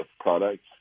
products